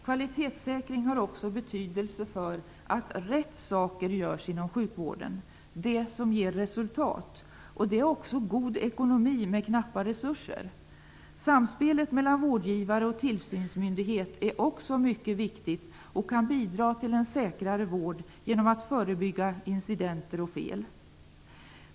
Kvalitetssäkring har också betydelse för att rätt saker görs inom sjukvården - det som ger resultat. Det är också god ekonomi med knappa resurser. Samspelet mellan vårdgivare och tillsynsmyndighet är också mycket viktigt och kan bidra till en säkrare vård genom att förebygga incidenter och fel.